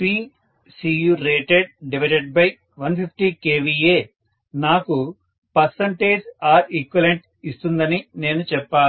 Pcu rated150kVA నాకు Req ఇస్తుందని నేను చెప్పాలి